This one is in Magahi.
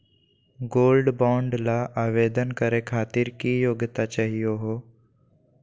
गोल्ड बॉन्ड ल आवेदन करे खातीर की योग्यता चाहियो हो?